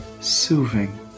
soothing